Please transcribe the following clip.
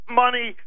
money